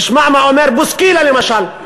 תשמע מה אומר בוסקילה למשל,